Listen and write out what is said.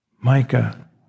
Micah